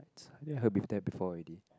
we have there before already